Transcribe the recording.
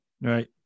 Right